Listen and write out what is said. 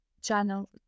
channel